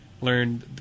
learn